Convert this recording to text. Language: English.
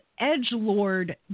edgelord